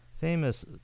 famous